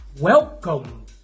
welcome